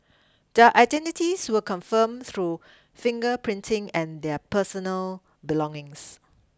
their identities were confirmed through finger printing and their personal belongings